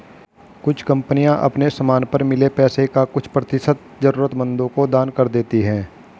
कुछ कंपनियां अपने समान पर मिले पैसे का कुछ प्रतिशत जरूरतमंदों को दान कर देती हैं